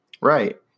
Right